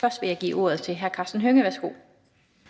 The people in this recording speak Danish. Først vil jeg give ordet til hr. Karsten Hønge. Værsgo.